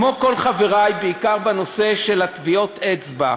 כמו כל חברי, בעיקר בנושא של טביעות האצבע,